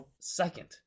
second